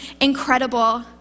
incredible